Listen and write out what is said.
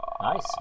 Nice